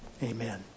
Amen